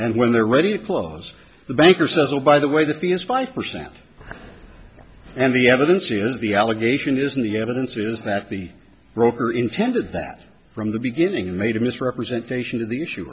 and when they're ready to close the banker says oh by the way the fee is five percent and the evidence is the allegation isn't the evidence is that the rover intended that from the beginning you made a misrepresentation to the issue